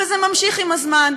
וזה ממשיך עם הזמן.